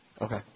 Okay